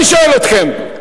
אני שואל אתכם,